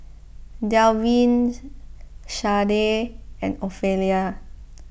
Dalvin Shardae and Ofelia